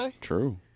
True